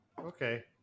Okay